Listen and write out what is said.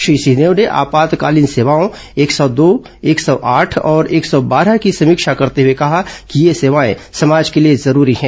श्री सिंहदेव ने आपातकालीन सेवाओं एक सौ दो एक सौ आठ और एक सौ बारह की समीक्षा करते हुए कहा कि ये सेवाएं समाज के लिए जरूरी है